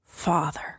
Father